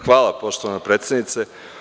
Hvala poštovana predsednice.